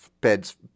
beds